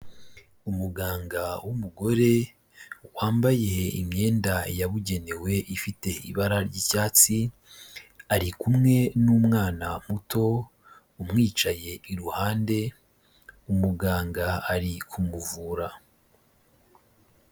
Umuganga w'umugore wambaye imyenda yabugenewe ifite ibara ry'icyatsi, ari kumwe n'umwana muto umwicaye iruhande, umuganga ari kumuvura.